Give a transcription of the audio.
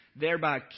thereby